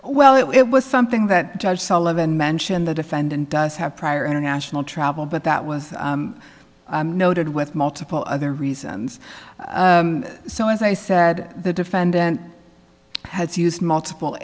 well it was something that judge sullivan mentioned the defendant does have prior international travel but that was noted with multiple other reasons so as i said the defendant has used multiple